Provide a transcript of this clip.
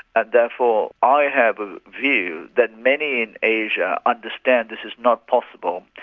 ah therefore i have a view that many in asia understand this is not possible,